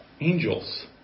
angels